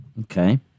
okay